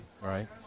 right